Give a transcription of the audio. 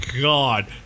God